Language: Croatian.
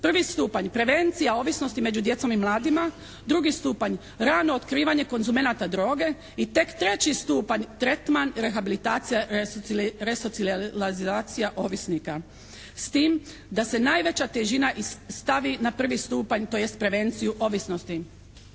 Prvi stupanj prevencija ovisnosti među djecom i mladima. Drugi stupanj rano otkrivanje konzumenata droge. I tek treći stupanj tretman rehabilitacija resocijalizacija ovisnika. S tim da se najveća težina stavi na prvi stupanj, tj. prevenciju ovisnosti.